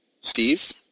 steve